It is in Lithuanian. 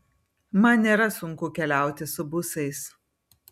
man nėra sunku keliauti su busais